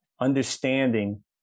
understanding